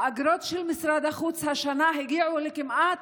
האגרות של משרד החוץ השנה הגיעו לכמעט,